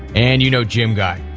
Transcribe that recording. and you know, gym guy.